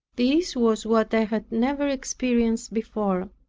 this was what i had never experienced before.